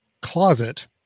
closet